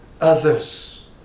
others